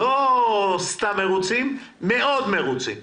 לא סתם מרוצים, מאוד מרוצים.